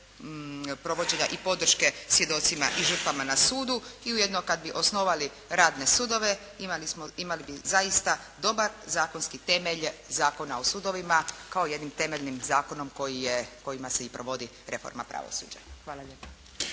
provođenja i podrške svjedocima i žrtvama na sudu i ujedno kad bi osnovali radne sudove, imali smo, imali bi zaista dobar zakonski temelj Zakona o sudovima kao jednim temeljnim zakonom koji je, kojima se i provodi reforma pravosuđa. Hvala lijepa.